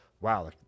wow